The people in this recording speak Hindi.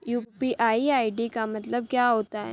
यू.पी.आई आई.डी का मतलब क्या होता है?